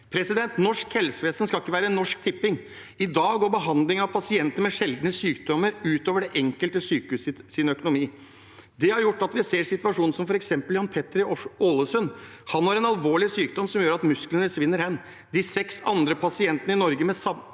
Norsk helsevesen skal ikke være Norsk Tipping. I dag går behandling av pasienter med sjeldne sykdommer ut over det enkelte sykehus sin økonomi. Det har gjort at vi ser situasjoner som f.eks. den til Jan Petter i Molde. Han har en alvorlig sykdom som gjør at musklene svinner hen. De seks andre pasientene i Norge med samme